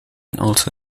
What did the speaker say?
also